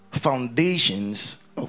Foundations